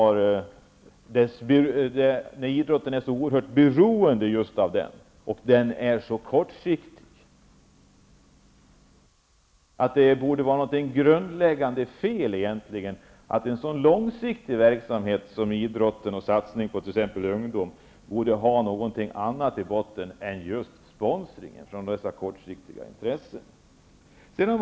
Idrotten är ju så oerhört beroende av den, och den är så kortsiktig. En så långsiktig verksamhet som idrotten och satsningen på ungdom borde ha något annat i botten än just sponsringen med dess kortsiktiga intressen.